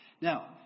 Now